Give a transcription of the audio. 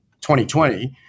2020